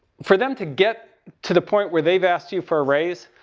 for them to get to the point where they've asked you for a raise.